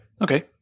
Okay